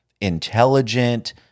intelligent